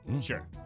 Sure